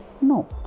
No